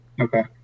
Okay